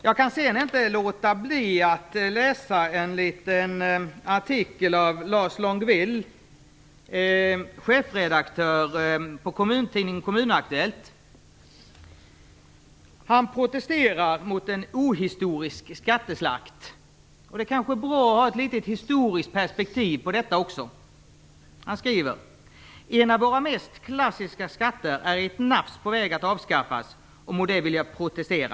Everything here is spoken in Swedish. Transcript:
Jag kan inte låta bli att citera ur en artikel skriven av Lars Longueville, som är chefredaktör på kommuntidningen Kommun Aktuellt. Han protesterar mot en ohistorisk skatteslakt. Det är kanske bra att också ha ett historiskt perspektiv på detta. Lars Longueville skriver så här: "En av våra mest klassiska skatter är i ett nafs på väg att avskaffas och mot det vill jag protestera.